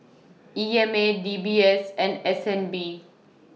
E M A D B S and S N B